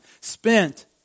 spent